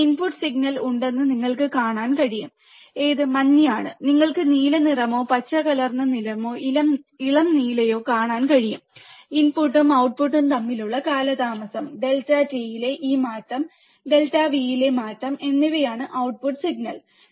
ഒരു input signal ഉണ്ടെന്ന് നിങ്ങൾക്ക് കാണാൻ കഴിയും ഏത് മഞ്ഞയാണ് നിങ്ങൾക്ക് നീല നിറമോ പച്ചകലർന്ന നിറമോ ഇളം നീലയോ കാണാൻ കഴിയും ഇൻപുട്ടും ഔട്ട്പുട്ടും തമ്മിലുള്ള കാലതാമസം ഡെൽറ്റ t യിലെ ഈ മാറ്റം ഡെൽറ്റ v യിലെ മാറ്റം എന്നിവയാണ് ഔട്ട്പുട്ട് സിഗ്നൽ